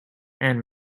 and